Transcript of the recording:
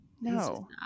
no